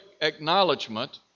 acknowledgement